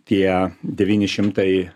tie devyni šimtai